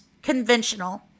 conventional